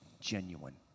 genuine